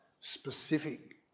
specific